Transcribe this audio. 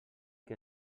que